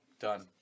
Done